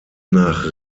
nach